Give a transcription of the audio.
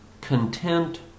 content